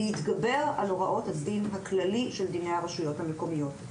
להתגבר על הוראות הדין הכללי של דיני הרשויות המקומיות.